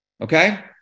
okay